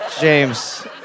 James